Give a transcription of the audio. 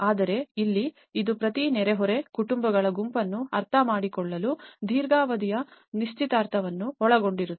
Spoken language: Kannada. ಆದರೆ ಇಲ್ಲಿ ಇದು ಪ್ರತಿ ನೆರೆಹೊರೆ ಕುಟುಂಬಗಳ ಗುಂಪನ್ನು ಅರ್ಥಮಾಡಿಕೊಳ್ಳಲು ದೀರ್ಘಾವಧಿಯ ನಿಶ್ಚಿತಾರ್ಥವನ್ನು ಒಳಗೊಂಡಿರುತ್ತದೆ